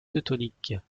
teutoniques